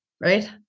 right